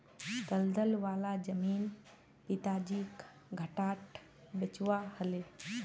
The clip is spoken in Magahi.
दलदल वाला जमीन पिताजीक घटाट बेचवा ह ले